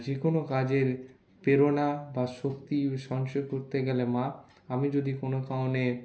যেকোনো কাজের প্রেরণা বা শক্তি সঞ্চয় করতে গেলে মা আমি যদি কোনো কারণে